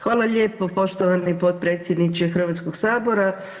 Hvala lijepo poštovani potpredsjedniče Hrvatskog sabora.